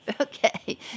Okay